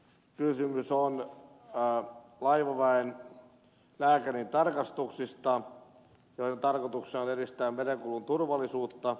kysymys on laivaväen lääkärintarkastuksista joiden tarkoituksena on edistää merenkulun turvallisuutta